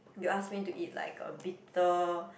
you ask me to eat like a bitter